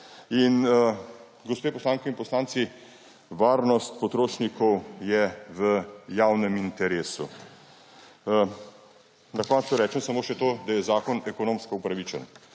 In gospe poslanke in poslanci, varnost potrošnikov je v javnem interesu. Na koncu rečem samo še to, da je zakon ekonomsko upravičen.